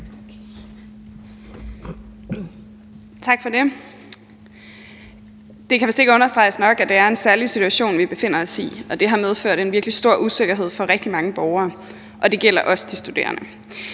Tak for det. Det kan vist ikke understreges nok, at det er en særlig situation, vi befinder os i, og at det har medført en virkelig stor usikkerhed for rigtig mange borgere, og det gælder også de studerende.